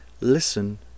listen